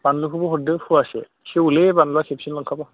बानलुखौबो हरदो पवासे सेवोलै बानलुआ खेबसेनो लांखाब्ला